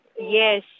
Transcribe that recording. Yes